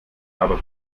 aber